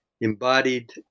embodied